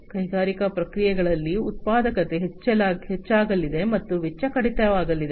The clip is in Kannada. ಕೈಗಾರಿಕಾ ಪ್ರಕ್ರಿಯೆಗಳಲ್ಲಿ ಉತ್ಪಾದಕತೆ ಹೆಚ್ಚಾಗಲಿದೆ ಮತ್ತು ವೆಚ್ಚ ಕಡಿತವಾಗಲಿದೆ